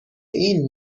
این